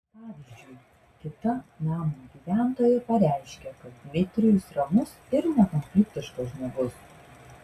pavyzdžiui kita namo gyventoja pareiškė kad dmitrijus ramus ir nekonfliktiškas žmogus